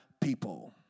people